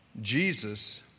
Jesus